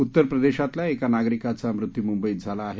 उत्तर प्रदेशातल्या एका नागरिकाचा मृत्यू मुंबईत झाला आहे